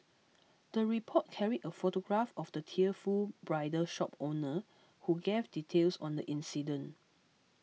the report carried a photograph of the tearful bridal shop owner who gave details on the incident